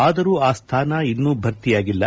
ಆದರೂ ಆ ಸ್ವಾನ ಇನ್ನೂ ಭರ್ತಿಯಾಗಿಲ್ಲ